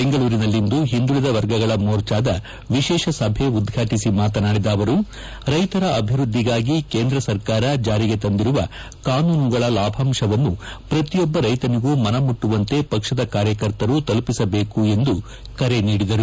ಬೆಂಗಳೂರಿನಲ್ಲಿಂದು ಹಿಂದುಳಿದ ವರ್ಗಗಳ ಮೋರ್ಚಾದ ವಿಶೇಷ ಸಭೆ ಉದ್ವಾಟಿಸಿ ಮಾತನಾಡಿದ ಅವರು ರೈತರ ಅಭಿವೃದ್ದಿಗಾಗಿ ಕೇಂದ್ರ ಸರ್ಕಾರ ಜಾರಿಗೆ ತಂದಿರುವ ಕಾನೂನುಗಳ ಲಾಭಂಶವನ್ನು ಪ್ರತಿಯೊಬ್ಬ ರೈತನಿಗೂ ಮನಮುಟ್ಟುವಂತೆ ಪಕ್ಷದ ಕಾರ್ಯಕರ್ತರು ತಲುಪಿಸಬೇಕು ಎಂದು ಕರೆ ನೀಡಿದರು